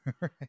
right